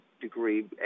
degree